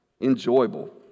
enjoyable